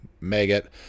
Maggot